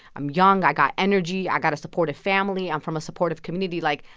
i'm young. i got energy. i got a supportive family. i'm from a supportive community. like,